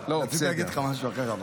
רציתי להגיד לך משהו אחר.